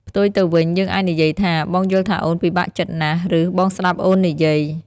ផ្ទុយទៅវិញ យើងអាចនិយាយថា បងយល់ថាអូនពិបាកចិត្តណាស់ ឬ បងស្តាប់អូននិយាយ។